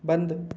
बंद